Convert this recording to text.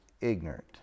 ignorant